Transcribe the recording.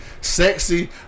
sexy